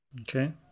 Okay